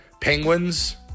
Penguins